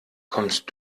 kommst